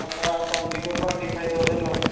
ఒక twenty two twenty five thousand లోపు